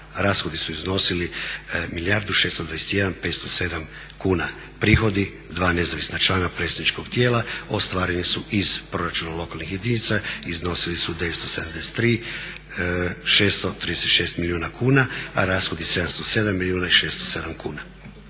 Rashodi su iznosili milijardu 621 507 kuna. Prihodi 2 nezavisna člana predstavničkog tijela ostvareni su iz proračuna lokalnih jedinica i iznosili su 973 636 milijuna kuna, a rashodi 707 milijuna i